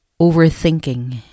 Overthinking